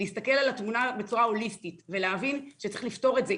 להסתכל על התמונה בצורה הוליסטית ולהבין שצריך לפתור את זה.